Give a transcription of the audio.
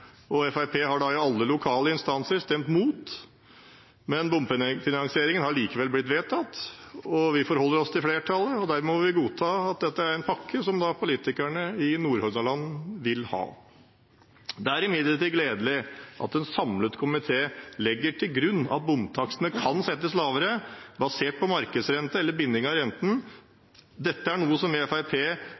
og Fremskrittspartiet har i alle lokale instanser stemt mot. Men bompengefinansieringen har likevel blitt vedtatt, og vi forholder oss til flertallet, og dermed må vi godta at dette er en pakke som politikerne i Nordhordland vil ha. Det er imidlertid gledelig at en samlet komité legger til grunn at bomtakstene kan settes lavere, basert på markedsrente eller binding av renten. Dette er noe som vi i